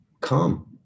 Come